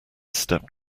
stepped